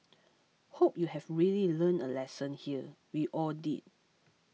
hope you have really learned a lesson here we all did